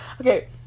okay